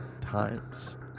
times